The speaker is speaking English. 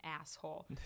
asshole